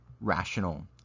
rational